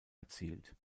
erzielt